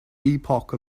epoch